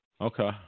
Okay